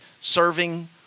serving